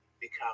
become